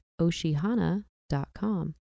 Oshihana.com